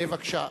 בבקשה,